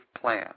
plan